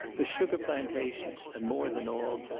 the sugar plantations, and more than all,